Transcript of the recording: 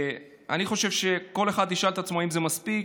אני חושב שכל אחד ישאל את עצמו אם זה מספיק.